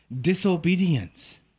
disobedience